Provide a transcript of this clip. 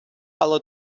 але